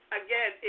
again